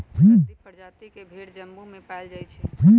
गद्दी परजाति के भेड़ जम्मू में पाएल जाई छई